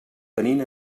tenint